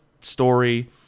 story